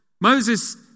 Moses